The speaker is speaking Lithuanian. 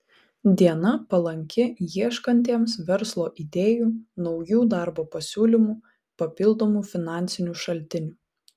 diena palanki ieškantiems verslo idėjų naujų darbo pasiūlymų papildomų finansinių šaltinių